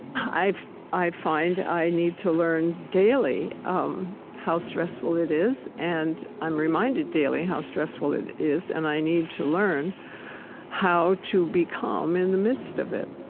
i find i need to learn daily um how stressful it is, and i'm reminded daily how stressful it is. and i need to learn how to become in the midst of it.